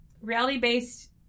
reality-based